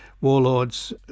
warlords